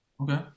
Okay